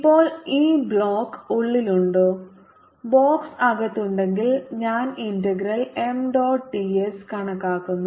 ഇപ്പോൾ ഈ ബോക്സ് ഉള്ളിലുണ്ടോ ബോക്സ് അകത്തുണ്ടെങ്കിൽ ഞാൻ integral M dot d s കണക്കാക്കുന്നു